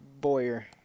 Boyer